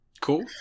Cool